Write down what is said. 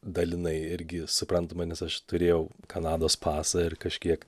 dalinai irgi suprantama nes aš turėjau kanados pasą ir kažkiek